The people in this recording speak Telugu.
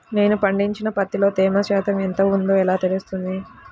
నేను పండించిన పత్తిలో తేమ శాతం ఎంత ఉందో ఎలా తెలుస్తుంది?